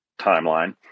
timeline